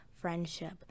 friendship